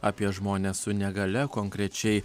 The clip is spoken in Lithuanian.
apie žmones su negalia konkrečiai